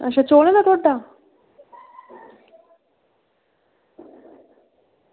अच्छा चौलें दा ढोड्डा